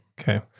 Okay